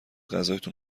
غذاتون